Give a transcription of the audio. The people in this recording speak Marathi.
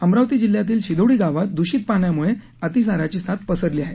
अमरावती जिल्ह्यातील शिदोडी गावात दुषीत पाण्यामुळे अतिसाराची साथ पसरली आहे